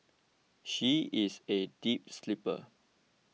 she is a deep sleeper